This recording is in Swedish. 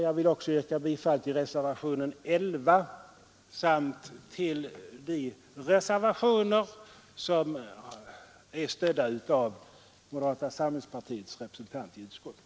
Jag vill också yrka bifall till reservationen 11 samt till de reservationer som stötts av moderata samlingspartiets representant i utskottet.